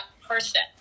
person